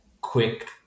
quick